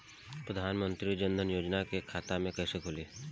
प्रधान मंत्री जनधन योजना के खाता कैसे खुली?